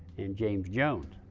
and james jones.